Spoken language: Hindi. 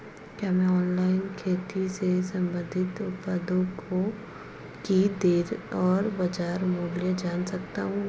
क्या मैं ऑनलाइन खेती से संबंधित उत्पादों की दरें और बाज़ार मूल्य जान सकता हूँ?